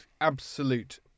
absolute